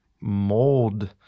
mold